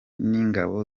n’ingabo